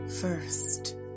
first